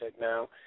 now